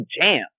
jam